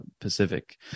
pacific